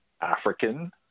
African